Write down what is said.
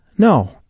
No